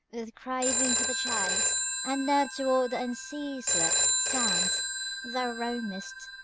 with craving for the chase and now toward the unseaswept sands thou roamest,